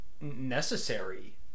necessary